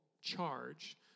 charge